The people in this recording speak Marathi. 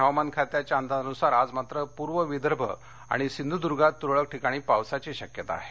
हवामान खात्याच्या अंदाजानुसार आज मात्र पूर्व विदर्भ आणि सिंध्रुद्र्गात तुरळक ठिकाणी पावसाची शक्यता आहे